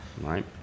right